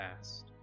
past